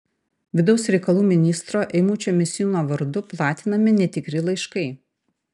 vidaus reikalų ministro eimučio misiūno vardu platinami netikri laiškai